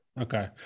Okay